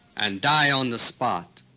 and die on the spot.